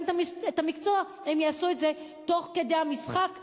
את מספר בעלי המקצוע הם יעשו את זה תוך כדי המשחק,